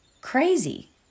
crazy